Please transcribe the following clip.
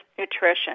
Nutrition